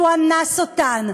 שהוא אנס אותן,